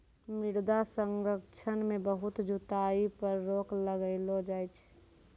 मृदा संरक्षण मे बहुत जुताई पर रोक लगैलो जाय छै